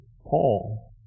Paul